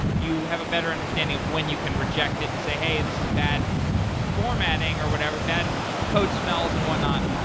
you have a better understanding of when you can reject it and say, hey, this is bad formatting, or whatever, bad code smells and whatnot.